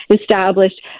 established